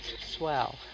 swell